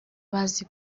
bazi